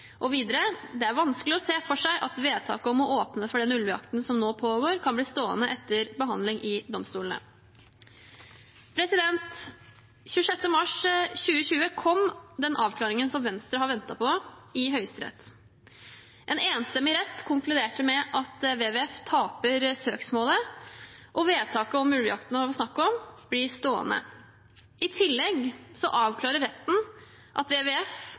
Og videre: «Det er vanskelig å se for seg at vedtaket om å åpne for den ulvejakten som nå pågår kan bli stående etter behandling i domstolen.» Den 26. mars 2020 kom den avklaringen som Venstre har ventet på, i Høyesterett. En enstemmig rett konkluderte med at WWF taper søksmålet, og vedtaket om ulvejakten det var snakk om, blir stående. I tillegg avklarer retten at WWF